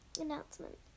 announcement